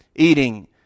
eating